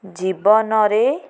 ଜୀବନରେ